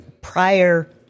prior